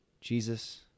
Jesus